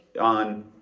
on